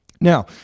Now